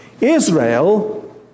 Israel